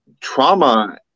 trauma